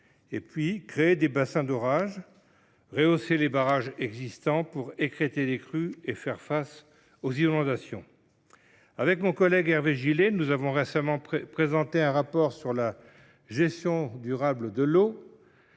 l’été, créer des bassins d’orage, rehausser les barrages existants pour écrêter les crues et faire face aux inondations. Mon collègue Hervé Gillé et moi même avons récemment présenté un rapport sur la gestion durable de l’eau